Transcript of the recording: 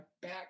back